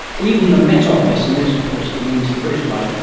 even the met office, and this of course means the british one,